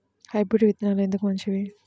Hybrid విత్తనాలు ఎందుకు మంచివి?